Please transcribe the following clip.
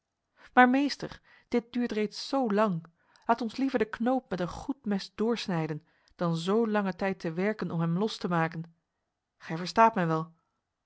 maar meester dit duurt reeds zo lang laat ons liever de knoop met een goed mes doorsnijden dan zo lange tijd te werken om hem los te maken gij verstaat mij wel